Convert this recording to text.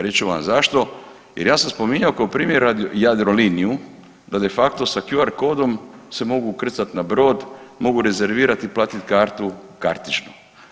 Reći ću vam zašto jer ja sam spominjao kao primjer Jadroliniju da de facto sa QR kodom se mogu ukrcati na brod, mogu rezervirati i platit kartu kartično.